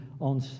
on